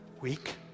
weak